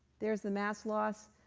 there's the mass loss.